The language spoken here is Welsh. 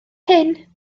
hyn